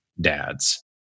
dads